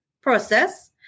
process